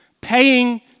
paying